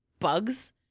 bugs